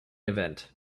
event